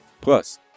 Plus